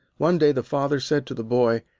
one day the father said to the boy,